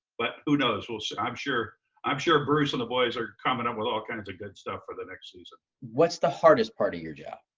but who knows, we'll see. i'm sure i'm sure bruce and the boys are coming up with all kinds of good stuff for the next season. what's the hardest part of your job?